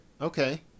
Okay